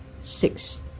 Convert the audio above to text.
Six